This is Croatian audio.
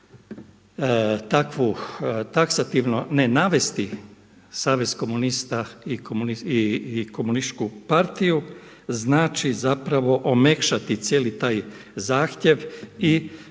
takvu taksativno ne navesti savez komunista i komunističku partiju znači omekšati cijeli taj zahtjev i